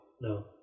no